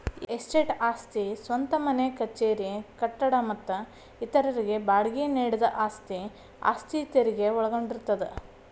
estate ಆಸ್ತಿ ಸ್ವಂತ ಮನೆ ಕಚೇರಿ ಕಟ್ಟಡ ಮತ್ತ ಇತರರಿಗೆ ಬಾಡ್ಗಿ ನೇಡಿದ ಆಸ್ತಿ ಆಸ್ತಿ ತೆರಗಿ ಒಳಗೊಂಡಿರ್ತದ